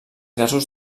gasos